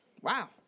Wow